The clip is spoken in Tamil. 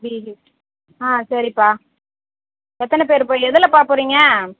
ஆ சரிப்பா எத்தனை பேர்ப்பா எதுலப்பா போகறீங்க